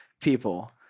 people